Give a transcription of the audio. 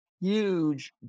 huge